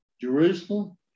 Jerusalem